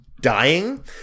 dying